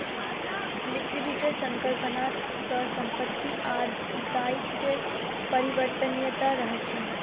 लिक्विडिटीर संकल्पना त संपत्ति आर दायित्वेर परिवर्तनीयता रहछे